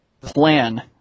plan